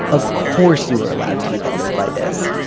of course, you are allowed to be bothered by this.